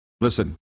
listen